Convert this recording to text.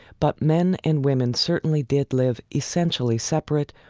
but men and women certainly did live essentially separate,